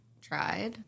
tried